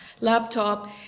laptop